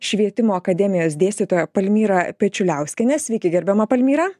švietimo akademijos dėstytoją palmirą pečiuliauskienę sveiki gerbiama palmyrą